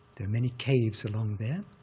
there are many caves along there.